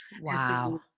Wow